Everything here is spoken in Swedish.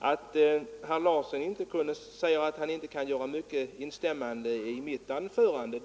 Jag förstår så väl att herr Larsson säger att han inte kan instämma i mycket av det jag sade i mitt anförande.